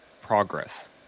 progress